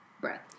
breath